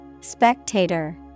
Spectator